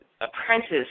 apprentice